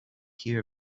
hear